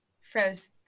froze